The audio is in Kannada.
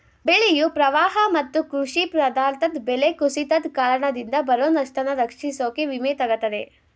ಬೆಳೆಯು ಪ್ರವಾಹ ಮತ್ತು ಕೃಷಿ ಪದಾರ್ಥ ಬೆಲೆ ಕುಸಿತದ್ ಕಾರಣದಿಂದ ಬರೊ ನಷ್ಟನ ರಕ್ಷಿಸೋಕೆ ವಿಮೆ ತಗತರೆ